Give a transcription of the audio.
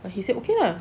but he said okay lah